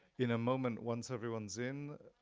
in a moment, once everyone's in,